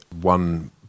one